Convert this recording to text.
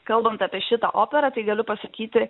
kalbant apie šitą operą tai galiu pasakyti